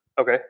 Okay